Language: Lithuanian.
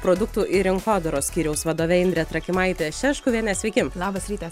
produktų ir rinkodaros skyriaus vadove indre trakimaite šeškuviene sveiki labas rytas